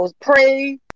pray